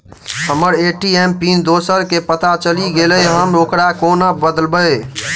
हम्मर ATM PIN दोसर केँ पत्ता चलि गेलै, हम ओकरा कोना बदलबै?